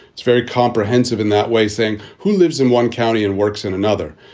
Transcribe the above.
it's very comprehensive in that way, saying who lives in one county and works in another.